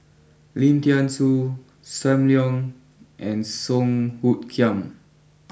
Lim Thean Soo Sam Leong and Song Hoot Kiam